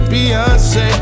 Beyonce